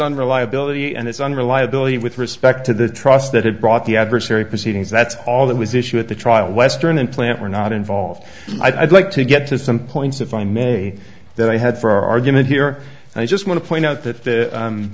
unreliability and its unreliability with respect to the trust that had brought the adversary proceedings that's all that was issued at the trial western and plant were not involved i'd like to get to some points if i may that i had for argument here and i just want to point out that the